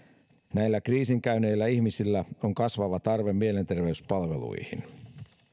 näillä kriisin käyneillä ihmisillä on kasvava tarve mielenterveyspalveluihin